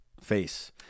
face